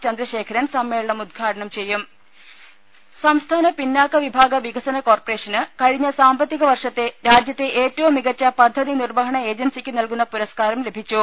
ചന്ദ്രശേഖരൻ സമ്മേളനം ഉദ്ഘാടനം ചെയ്യും ദുദ സംസ്ഥാന പിന്നാക്ക വിഭാഗ വികസന കോർപ്പറേഷന് കഴിഞ്ഞ സാമ്പത്തിക വർഷത്തെ രാജ്യത്തെ ഏറ്റവും മികച്ച പദ്ധതി നിർവ്വഹണ ഏജൻസിക്ക് നൽകുന്ന പുരസ്കാരം ലഭിച്ചു